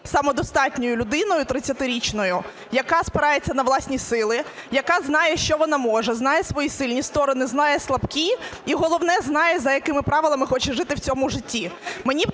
самодостатньою людиною 30-річною, яка спирається на власні сили, яка знає, що вона може, знає свої сильні сторони, знає слабкі і головне – знає, за якими правилами хоче жити в цьому житті.